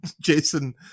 jason